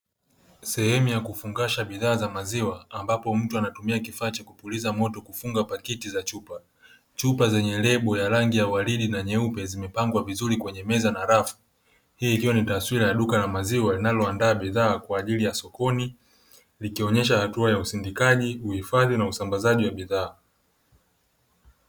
Sehemu ya kufungasha bidhaa za maziwa ambapo mtu anatumia kifaa cha kupuliza moto kufunga baketi za chupa, chupa zenye lebo ya rangi ya waridi na nyeupe zimepangwa vizuri kwenye meza na rafu. Hii ikiwa ni taswira ya duka la maziwa linaloandaa bidhaa kwa ajili ya sokoni likionyesha hatua ya: usindikaji, uhifadhi na usambazaji wa bidhaa.